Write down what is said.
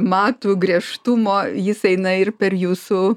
matų griežtumo jis eina ir per jūsų